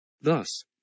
Thus